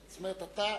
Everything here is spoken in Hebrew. זאת אומרת: אתה,